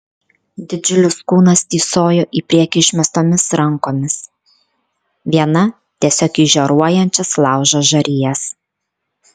didžiulis kūnas tįsojo į priekį išmestomis rankomis viena tiesiog į žioruojančias laužo žarijas